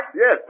Yes